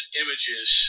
images